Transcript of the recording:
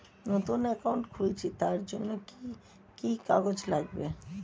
নতুন অ্যাকাউন্ট খুলছি তার জন্য কি কি কাগজ লাগবে?